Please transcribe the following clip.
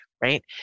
right